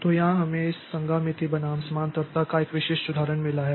तो यहाँ हमें इस संगामिति बनाम समानांतरता का एक विशिष्ट उदाहरण मिला है